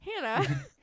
Hannah